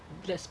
let's